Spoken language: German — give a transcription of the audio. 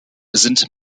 sind